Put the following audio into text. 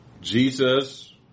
Jesus